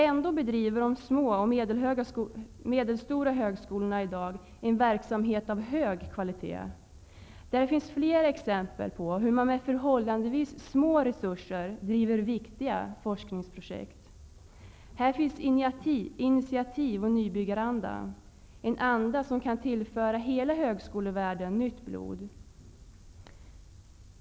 Ändå bedriver de små och medelstora högskolorna i dag en verksamhet av hög kvalitet. Där finns flera exempel på hur man med förhållandevis små resurser driver viktiga forskningsprojekt. Här finns en initiativ och nybyggarandra, en anda som kan tillföra hela högskolevärlden nytt blod.